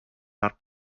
not